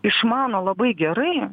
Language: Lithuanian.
išmano labai gerai